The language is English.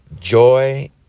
joy